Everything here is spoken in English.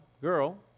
girl